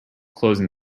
closing